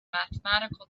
mathematical